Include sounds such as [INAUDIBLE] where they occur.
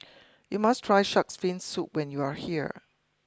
[NOISE] you must try shark's Fin Soup when you are here